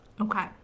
Okay